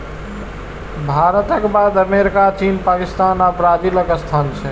भारतक बाद अमेरिका, चीन, पाकिस्तान आ ब्राजीलक स्थान छै